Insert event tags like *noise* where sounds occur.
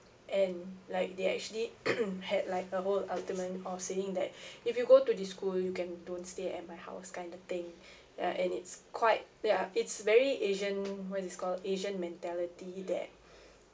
and like they actually *noise* had like a whole or saying that if you go to this school you can don't stay at my house kind of thing ya and it's quite ya it's very asian what is this called asian mentality that